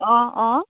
অঁ অঁ